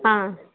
ಹಾಂ